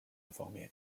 方面